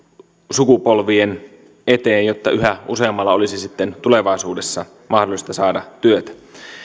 sukupolvien eteen jotta yhä useamman olisi sitten tulevaisuudessa mahdollista saada työtä